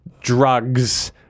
drugs